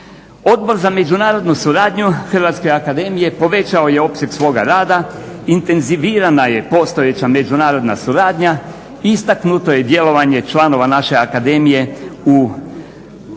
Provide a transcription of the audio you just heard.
Odbor za međunarodnu suradnju Hrvatske akademije povećao je opseg svoga rada intenzivna je postojeća međunarodna suradnja, istaknuto je djelovanje članova naše akademije u HERA-i